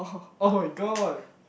[oh]-my-god